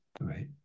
Right